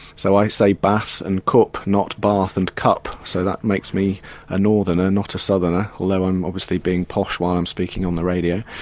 so i say barth and coop not bath and cup, so that makes me a northerner, not a southerner although i'm obviously being posh while i'm speaking on the radio.